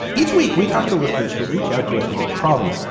each week we talk to listeners to reach out to us with a problem.